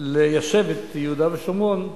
ליישב את יהודה ושומרון,